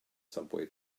subway